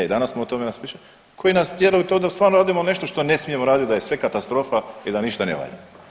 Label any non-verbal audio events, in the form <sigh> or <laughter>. I danas smo o tome … <unintelligible> koji nas tjeraju to da stvarno radimo nešto što ne smijemo raditi, da je sve katastrofa i da ništa ne valja.